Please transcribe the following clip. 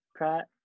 Pratt